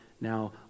now